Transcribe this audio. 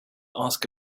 ask